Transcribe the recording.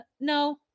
No